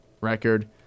record